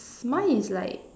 mine is like